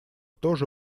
тоже